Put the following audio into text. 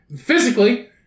physically